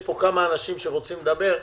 יש פה כמה אנשים שרוצים לדבר,